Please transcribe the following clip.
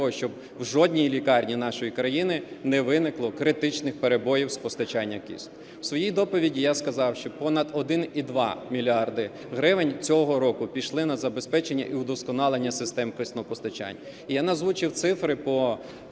щоб у жодній лікарні нашої країни не виникло критичних перебоїв з постачанням кисню. У своїй доповіді я сказав, що понад 1,2 мільярда гривень цього року пішли на забезпечення і вдосконалення систем кисневого постачання. І я не озвучив цифри по